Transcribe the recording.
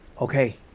Okay